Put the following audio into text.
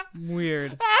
Weird